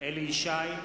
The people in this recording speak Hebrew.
אליהו ישי,